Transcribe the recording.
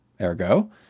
Ergo